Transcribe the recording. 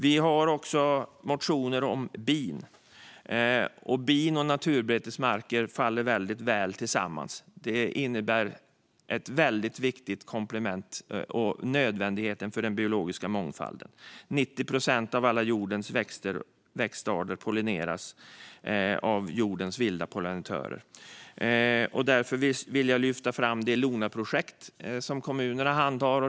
Vi har också motioner om bin. Bin och naturbetesmarker faller väldigt väl ut tillsammans. De innebär ett viktigt komplement när det gäller nödvändigheten av den biologiska mångfalden. 90 procent av jordens alla växtarter pollineras av jordens vilda pollinatörer. Därför vill jag lyfta fram det LONA-projekt som kommunerna handhar.